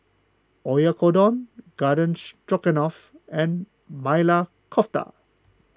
Oyakodon Garden Stroganoff and Maili Kofta